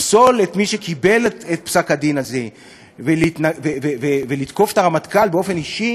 לפסול את מי שנתן את פסק-הדין הזה ולתקוף את הרמטכ"ל באופן אישי